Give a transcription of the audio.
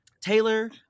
Taylor